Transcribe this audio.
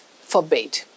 forbade